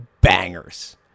bangers